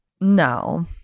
No